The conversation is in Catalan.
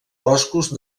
boscos